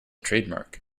trademark